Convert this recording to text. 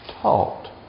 taught